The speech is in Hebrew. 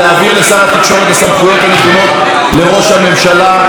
להעביר לשר התקשורת את הסמכויות הנתונות לראש הממשלה.